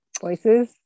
voices